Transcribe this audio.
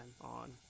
on